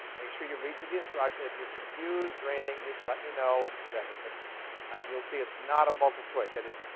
make sure you read through the instruction. if you're confused or anything, just let me know, whatever. but you'll see it's not a multiple choice. that is,